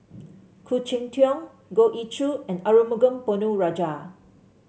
Khoo Cheng Tiong Goh Ee Choo and Arumugam Ponnu Rajah